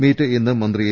meet ഇന്ന് മന്ത്രി A